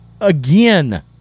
again